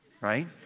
right